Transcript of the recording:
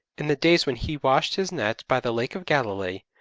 in the days when he washed his nets by the lake of galilee,